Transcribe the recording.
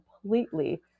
completely